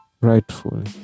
rightfully